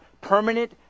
permanent